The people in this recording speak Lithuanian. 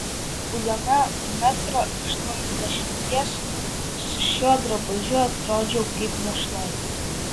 būdama metro aštuoniasdešimties su šiuo drabužiu atrodžiau kaip našlaitė